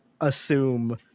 assume